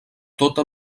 tota